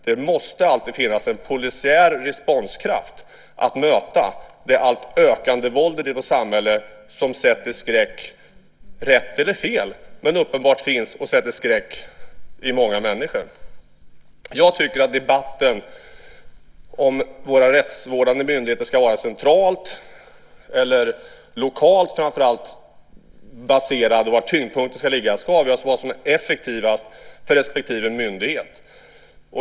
Det måste alltid finnas en polisiär responskraft att möta det alltmer ökande våldet i vårt samhälle som uppenbart finns och som, rätt eller fel, sätter skräck i många människor. Jag tycker att debatten om huruvida våra rättsvårdande myndigheter ska vara centralt eller lokalt baserade och var tyngdpunkten ska ligga ska avgöras av vad som är effektivast för respektive myndighet.